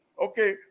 Okay